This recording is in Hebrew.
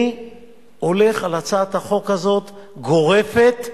אני הולך על הצעת החוק הזאת, גורפת,